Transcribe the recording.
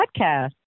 Podcast